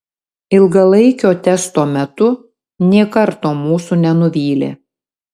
ilgalaikio testo metu nė karto mūsų nenuvylė